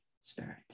spirit